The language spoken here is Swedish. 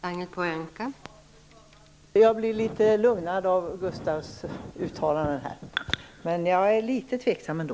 Fru talman! Jag blev litet lugnad av Gustaf von Essens uttalande. Men jag är litet tveksam ändå.